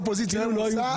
מה שהאופוזיציה עושה,